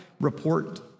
report